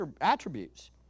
attributes